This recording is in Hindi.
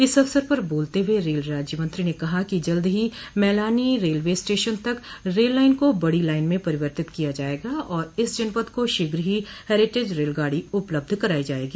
इस अवसर पर बोलते हुए रेल राज्य मंत्री ने कहा कि जल्द ही मैलानी रेलवे स्टेशन तक रेल लाइन को बड़ी लाइन में परिवर्तित किया जायेगा और इस जनपद को शीघ्र ही हेरीटेज रेलगाड़ी उपलब्ध कराई जायेगी